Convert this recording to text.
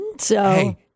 Hey